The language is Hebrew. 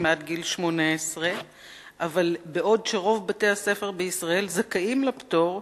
עד גיל 18. אבל בעוד שרוב בתי-הספר בישראל זכאים לפטור,